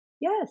yes